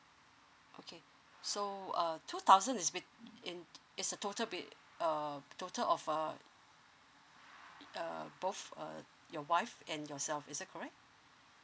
okay so uh two thousand is bet~ it's is a total bet~ uh total of a uh both uh your wife and yourself is it correct